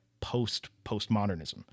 post-postmodernism